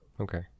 Okay